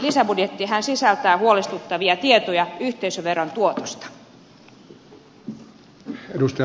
lisäbudjettihan sisältää huolestuttavia tietoja yhteisöveron tuotosta